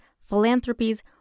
philanthropies